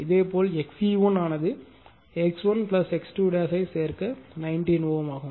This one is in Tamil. இதேபோல் XE1 ஆனது X1 X2 சேர் 19 Ω